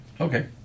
Okay